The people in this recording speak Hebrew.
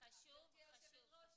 גברתי היושבת-ראש,